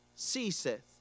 ceaseth